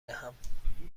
دهم